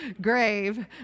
grave